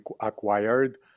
acquired